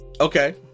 okay